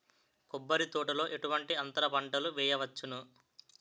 కొబ్బరి తోటలో ఎటువంటి అంతర పంటలు వేయవచ్చును?